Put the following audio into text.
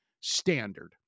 standard